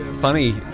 funny